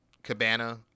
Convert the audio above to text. Cabana